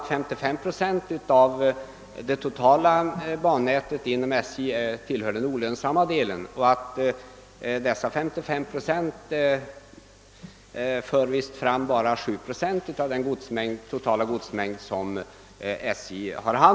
55 procent av det totala bannätet inom SJ tillhör det olönsamma bannätet, och dessa 55 procent handhar endast 7 procent av SJ:s totala godsmängd.